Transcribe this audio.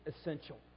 essential